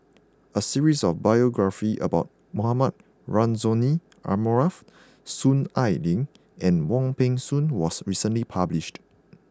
a series of biographies about Mohamed Rozani Maarof Soon Ai Ling and Wong Peng Soon was recently published